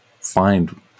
find